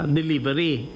delivery